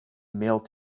male